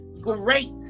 great